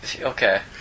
Okay